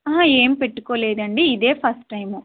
అహా ఏం పెట్టుకోలేదు అండి ఇదే ఫస్ట్ టైము